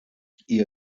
ihr